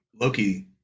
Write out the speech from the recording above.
Loki